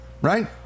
Right